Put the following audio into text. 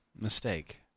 mistake